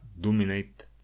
dominate